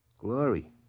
Glory